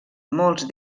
molts